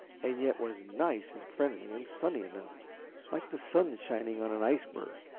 and yet was nice and friendly and sunny enough like the sun shining on an iceberg.